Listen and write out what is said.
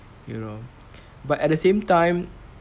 you know but at the same time